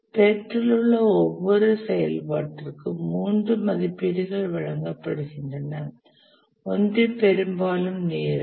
PERT இல் உள்ள ஒவ்வொரு செயல்பாட்டிற்கும் 3 மதிப்பீடுகள் வழங்கப்படுகின்றன ஒன்று பெரும்பாலும் நேரம்